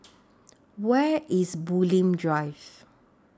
Where IS Bulim Drive